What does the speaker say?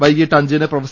വൈകിട്ട് അഞ്ചിന് പ്രൊഫ